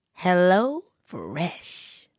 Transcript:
HelloFresh